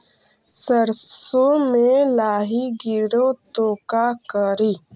सरसो मे लाहि गिरे तो का करि?